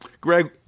Greg